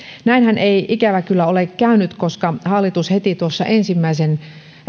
näinhän ei ikävä kyllä ole käynyt koska hallitus heti tuossa ensimmäisen